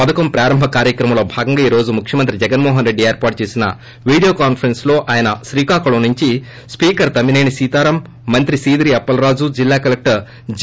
పధకం ప్రారంభ కార్యక్రమంలో భాగంగా ఈ రోజు ముఖ్యమంత్రి జగన్మోహన్ రేడ్డి ఏర్పాటు చేసిన వీడియో కాన్సరెన్ లో ఆయన శ్రీకాకుళం నుంచి సీకర్తమ్మిసేని సీతారాం మంత్రి సీదీరి తప్పలరాజు జిల్లా కలెక్టర్ జె